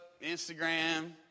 Instagram